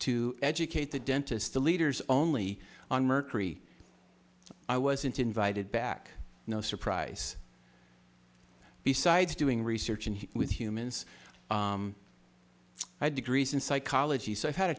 to educate the dentist the leaders only on mercury i wasn't invited back no surprise besides doing research and with humans i've degrees in psychology so i've had a